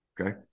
Okay